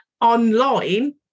online